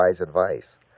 advice